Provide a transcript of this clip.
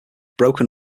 broken